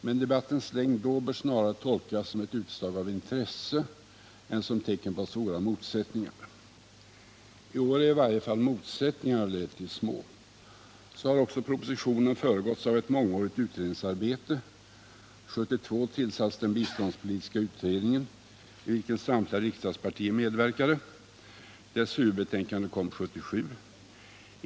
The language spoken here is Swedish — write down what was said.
Men debattens längd då bör snarare tolkas som ett utslag av intresse än som tecken på svåra motsättningar. I år är ju i varje fall motsättningarna relativt små. Så har också propositionen föregåtts av ett mångårigt utredningsarbete. År 1972 tillsattes den biståndspolitiska utredningen, i vilken samtliga riksdagspartier medverkade. Dess huvudbetänkande kom 1977.